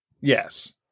Yes